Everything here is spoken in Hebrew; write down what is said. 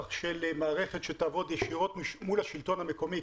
של מערכת שתעבוד ישירות מול השלטון המקומי,